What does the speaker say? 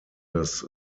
das